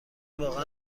واقعا